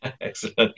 Excellent